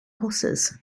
horses